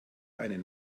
einen